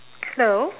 hello